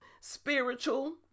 spiritual